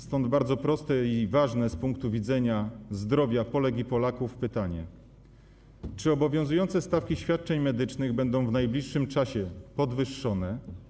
Stąd bardzo proste i ważne z punktu widzenia zdrowia Polek i Polaków pytanie: Czy obowiązujące stawki świadczeń medycznych zostaną w najbliższym czasie podwyższone?